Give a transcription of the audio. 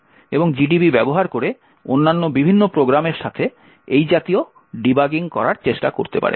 এবং জিডিবি ব্যবহার করে অন্যান্য বিভিন্ন প্রোগ্রামের সাথে এই জাতীয় ডিবাগিং করার চেষ্টা করতে পারেন